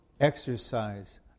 exercise